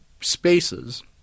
spaces